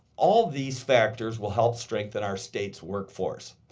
all these factors will help strengthen our state's workforce.